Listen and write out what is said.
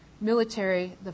military